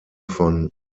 von